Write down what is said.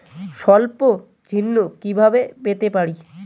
স্বল্প ঋণ কিভাবে পেতে পারি?